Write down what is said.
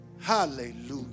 Hallelujah